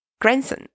grandson